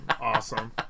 awesome